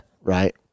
Right